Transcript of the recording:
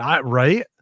right